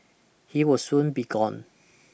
he will soon be gone